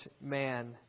man